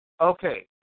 okay